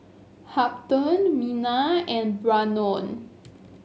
Hampton Minna and Brannon